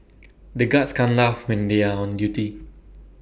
the guards can't laugh when they are on duty